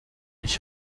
ich